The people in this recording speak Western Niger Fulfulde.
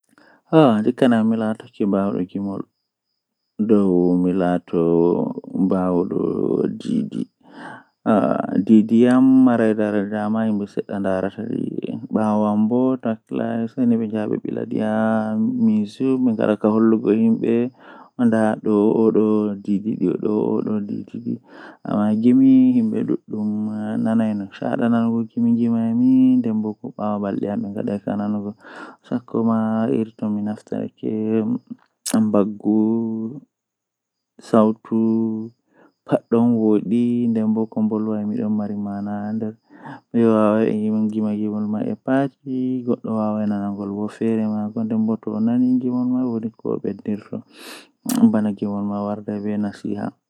Ndikkinami mi laarta bingel pamaro haa rayuwa am fuu, Ngam bingel pamarel wala bone ayarata wala kuugal ahuwata ko ndei kala ko ayidi fuu be wannete be nyamnama be yarnama be wurnama ko ayidi pat bo be wannama, Amma maudo bo atokkan yarugo bone atokkan wadugo ko a andi fu to bone wari ma ayara bone man feere ma wala mo jabatama.